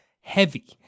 Heavy